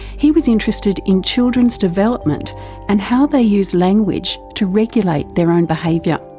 he was interested in children's development and how they use language to regulate their own behaviour.